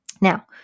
now